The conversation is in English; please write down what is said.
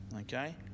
Okay